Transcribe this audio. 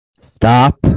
Stop